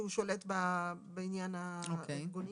שהוא שולט בעניין הארגונים.